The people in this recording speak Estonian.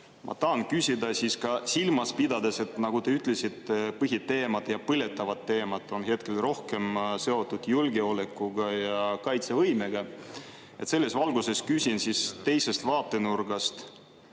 ma tahan küsida, silmas pidades, et nagu te ütlesite, põhiteemad ja põletavad teemad on hetkel rohkem seotud julgeoleku ja kaitsevõimega. Selles valguses küsin teisest vaatenurgast: